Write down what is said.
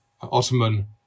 Ottoman